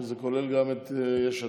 אני חושב שזה כולל גם את יש עתיד.